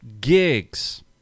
gigs